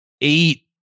eight